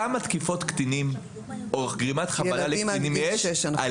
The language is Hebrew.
כמה תקיפות קטינים או גרימת חבלה לקטינים יש על